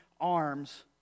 arms